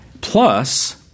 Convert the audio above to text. Plus